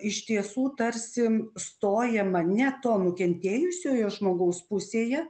iš tiesų tarsi stojama ne to nukentėjusiojo žmogaus pusėje